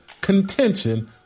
contention